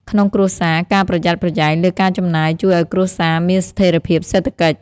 ក្នុងគ្រួសារ ការប្រយ័ត្នប្រយែងលើការចំណាយជួយឱ្យគ្រួសារមានស្ថិរភាពសេដ្ឋកិច្ច។